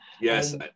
Yes